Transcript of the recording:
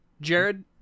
Jared